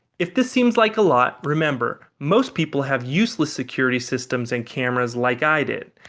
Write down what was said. if this seems like a lot, remember most people have useless security systems and cameras like i did.